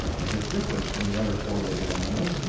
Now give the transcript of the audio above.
yet it differs from the other four legged animals,